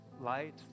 light